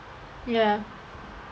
ya